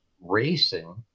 racing